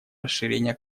расширения